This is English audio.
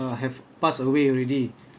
passed away already